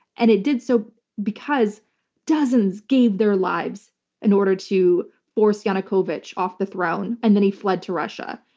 and it did so because dozens gave their lives in order to force yanukovych off the throne, and then he fled to russia.